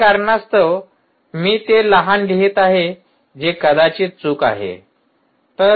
काही कारणास्तव मी ते लहान लिहित आहे जे कदाचित चूक आहे